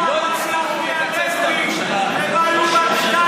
אני מציע לך ללכת ל-1999 לשמוע מה צחי הנגבי,